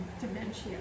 dementia